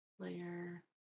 Layer